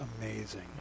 amazing